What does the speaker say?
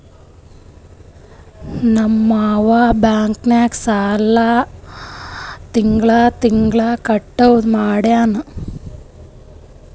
ನಮ್ ಮಾಮಾ ಬ್ಯಾಂಕ್ ನಾಗ್ ಸಾಲ ತಿಂಗಳಾ ತಿಂಗಳಾ ಕಟ್ಟದು ಮಾಡ್ಯಾನ್